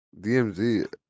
DMZ